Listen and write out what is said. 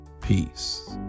peace